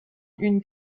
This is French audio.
une